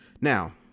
Now